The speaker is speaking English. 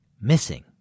missing